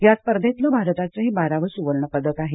या स्पर्धेतलं भारताचं हे बारावं सुवर्ण पदक आहे